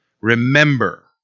Remember